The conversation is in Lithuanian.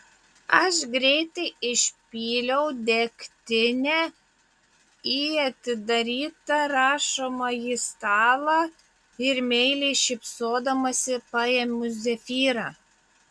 aš greitai išpyliau degtinę į atidarytą rašomąjį stalą ir meiliai šypsodamasi paėmiau zefyrą